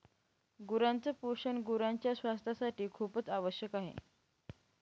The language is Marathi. गुरांच पोषण गुरांच्या स्वास्थासाठी खूपच आवश्यक आहे